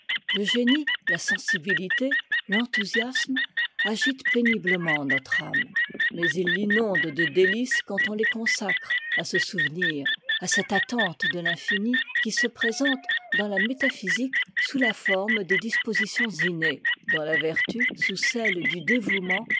le génie la sensibilité l'enthousiasme agitent pénimement notre âme mais ils l'inondent de délices quand on les consacre à ce souvenir à cette attente de l'infini qui se présente dans la métaphysique sous la forme des dispositions innées dans la vertu sous celle du dévouement